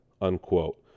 Unquote